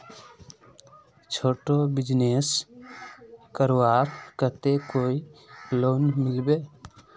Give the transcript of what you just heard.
छोटो बिजनेस करवार केते कोई लोन मिलबे?